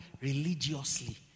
religiously